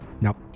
nope